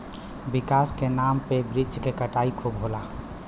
विकास के नाम पे वृक्ष के कटाई खूब होला